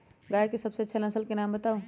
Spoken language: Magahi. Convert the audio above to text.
गाय के सबसे अच्छा नसल के नाम बताऊ?